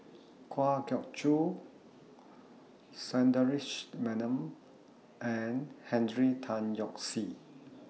Kwa Geok Choo Sundaresh Menon and Henry Tan Yoke See